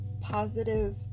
positive